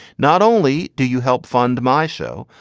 not only do you help fund my show,